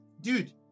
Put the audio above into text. dude